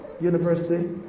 University